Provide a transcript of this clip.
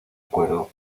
cuero